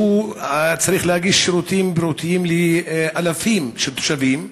והוא צריך להגיש שירותים בריאותיים לאלפי תושבים.